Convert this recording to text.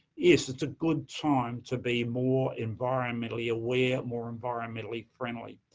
it's it's a good time to be more environmentally-aware, more environmentally-friendly.